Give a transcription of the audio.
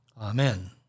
Amen